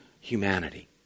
humanity